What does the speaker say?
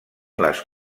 les